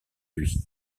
lui